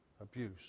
abuse